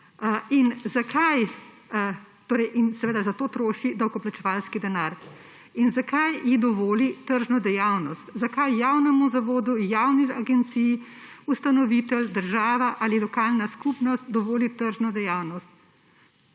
agencijo in zato troši davkoplačevalski denar. Zakaj ji dovoli tržno dejavnost? Zakaj javnemu zavodu, javni agenciji ustanovitelj, država ali lokalna skupnost, dovoli tržno dejavnost?